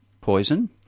poison